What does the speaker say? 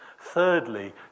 Thirdly